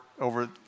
over